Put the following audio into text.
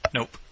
Nope